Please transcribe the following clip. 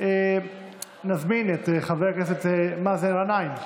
נזמין את חבר הכנסת מאזן גנאים,